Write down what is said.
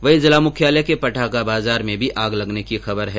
वहीं जिला मुख्यालय के पटाखा बाजार में भी आग लगने की खबर है